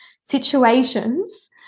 situations